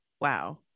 Wow